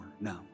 No